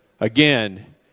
again